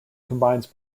combines